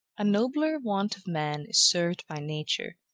a nobler want of man is served by nature,